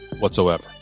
whatsoever